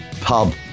pub